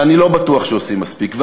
ואני לא בטוח שעושים מספיק,